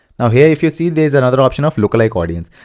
now here you see there's another option of lookalike audience.